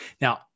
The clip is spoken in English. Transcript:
Now